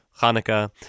Hanukkah